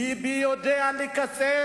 ביבי יודע לקצץ,